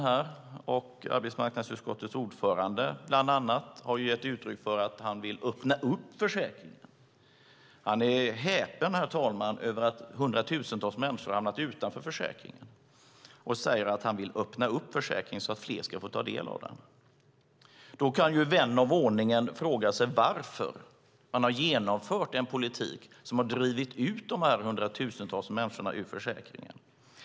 Bland andra arbetsmarknadsutskottets ordförande har gett uttryck för att han vill öppna upp försäkringen. Han är häpen, herr talman, över att hundratusentals människor har hamnat utanför försäkringen och säger att han vill öppna upp försäkringen så att fler ska få ta del av den.